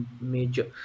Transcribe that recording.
major